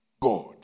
God